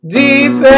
deep